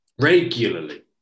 regularly